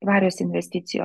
tvarios investicijos